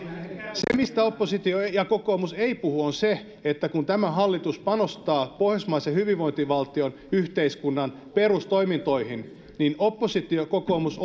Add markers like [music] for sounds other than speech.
se mistä oppositio ja kokoomus eivät puhu on se että kun tämä hallitus panostaa pohjoismaisen hyvinvointivaltion yhteiskunnan perustoimintoihin niin oppositiokokoomus [unintelligible]